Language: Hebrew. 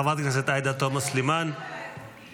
חברת הכנסת עאידה תומא סלימאן, בבקשה.